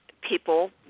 people